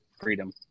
freedom